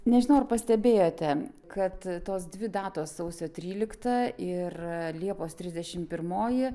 nežinau ar pastebėjote kad tos dvi datos sausio trylikta ir liepos trisdešimt pirmoji